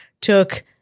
took